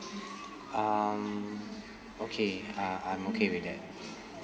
um okay uh I'm okay with that